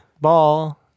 ball